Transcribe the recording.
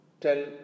tell